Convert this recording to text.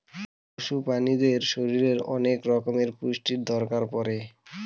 পশু প্রাণীদের শরীরে অনেক রকমের পুষ্টির দরকার পড়ে